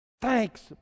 thanks